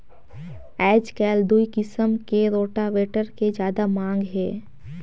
आयज कायल दूई किसम के रोटावेटर के जादा मांग हे